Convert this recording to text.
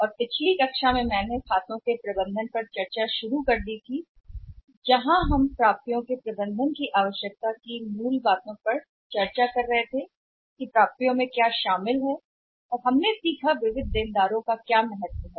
और इसमें पिछली कक्षा मैंने खातों की प्राप्ति पर प्रबंधन पर चर्चा शुरू की जहाँ हम प्राप्तियों के प्रबंधन और प्राप्तियों में क्या आवश्यक है की कुछ मूल बातों पर चर्चा करें इसमें शामिल हैं और हम इस बारे में सीखते हैं कि विविध ऋणी का महत्व क्या है